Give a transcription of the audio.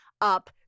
up